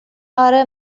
اره